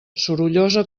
sorollosa